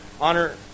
honor